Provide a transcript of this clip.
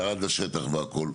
ירד לשטח והכול,